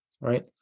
right